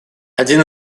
один